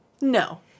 No